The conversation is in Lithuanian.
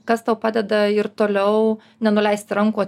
kas tau padeda ir toliau nenuleisti rankų